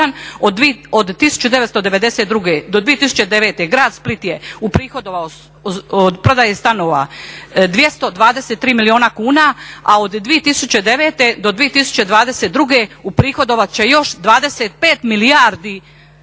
od 1992.do 2009.grad Split je uprihodovao od prodaje stanova 223 milijuna kuna, a od 2009.do 2022.uprihodovat će još 25 milijuna eura.